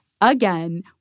again